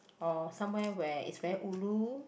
or somewhere where it's very ulu